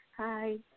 Hi